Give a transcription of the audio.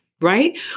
right